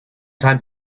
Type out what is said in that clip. time